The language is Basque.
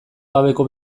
gabeko